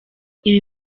ibi